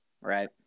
right